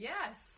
Yes